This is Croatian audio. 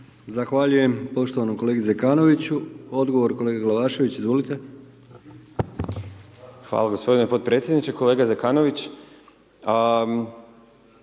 Zahvaljujem poštovanom kolegi Zekanoviću, odgovor kolega Glavašević, izvolite. **Glavašević, Bojan (Nezavisni)** Hvala gospodine podpredsjedniče, kolega Zekanović